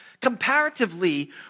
Comparatively